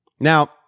Now